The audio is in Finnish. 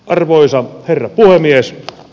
arvoisa herra puhemies